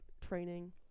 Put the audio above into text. training